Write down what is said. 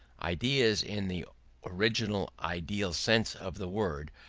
ideas, in the original ideal sense of the word,